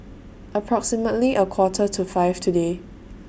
approximately A Quarter to five today